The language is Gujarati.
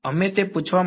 વિદ્યાર્થી